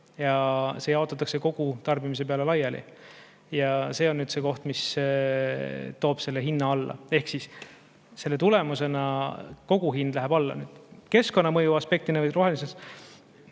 ja see jaotatakse kogu tarbimise peale laiali. See on nüüd see koht, mis toob hinna alla. Ehk siis selle tulemusena koguhind läheb alla. Keskkonnamõju või rohelise